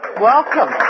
welcome